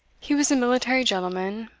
he was a military gentleman,